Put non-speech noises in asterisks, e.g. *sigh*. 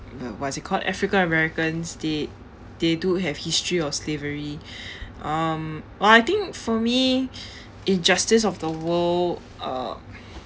what is it called african americans they they do have history of slavery *breath* um well I think for me *breath* injustice of the world uh